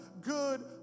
good